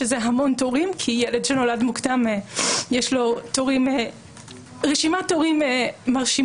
שזה המון תורים כי ילד שנולד מוקדם יש לו רשימת תורים מרשימה,